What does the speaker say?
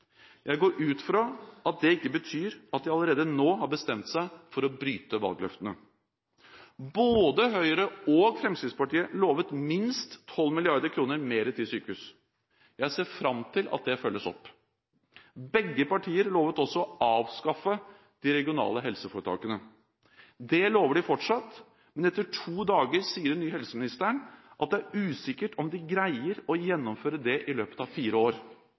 Jeg går ut fra at det ikke betyr at de allerede nå har bestemt seg for å bryte valgløftene. Både Høyre og Fremskrittspartiet lovet minst 12 mrd. kr mer til sykehus. Jeg ser fram til at det følges opp. Begge partier lovet også å avskaffe de regionale helseforetakene. Det lover de fortsatt, men etter to dager sier den nye helseministeren at det er usikkert om de greier å gjennomføre det i løpet av fire år.